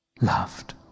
loved